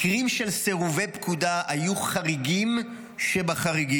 מקרים של סירובי פקודה היו חריגים שבחריגים.